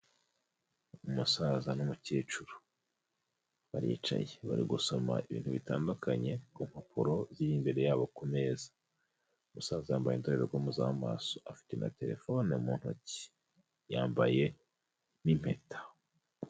Umusaza n'umukecuru, baricaye bari gusoma ibintu bitandukanye ku mpapuro ziri imbere yabo ku meza, umusaza yambaye indorerwamo z'amaso afite na telefone mu ntoki, yambaye n'impeta.